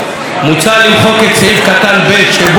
מוצע למחוק את סעיף קטן (ב) שבו,